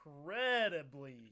incredibly